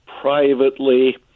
privately